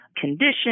condition